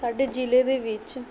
ਸਾਡੇ ਜ਼ਿਲ੍ਹੇ ਦੇ ਵਿੱਚ